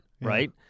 right